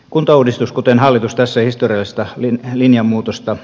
kuntauudistus kuten hallitus tätä historiallista linjanmuutosta